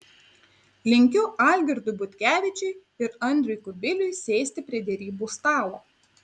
linkiu algirdui butkevičiui ir andriui kubiliui sėsti prie derybų stalo